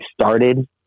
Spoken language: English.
started